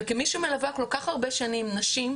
כמי שמלווה כל כך הרבה שנים נשים,